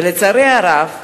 ולצערי הרב,